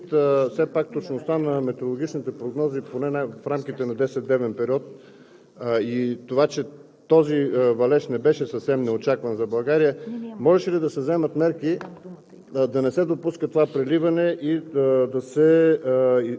валежи? Имайки предвид все пак точността на метеорологичната прогноза поне в рамките на 10 дневен период и това, че този валеж не беше съвсем неочакван за България, можеше ли да се вземат мерки